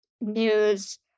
news